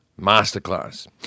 Masterclass